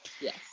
Yes